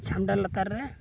ᱪᱷᱟᱢᱰᱟ ᱞᱟᱛᱟᱨ ᱨᱮ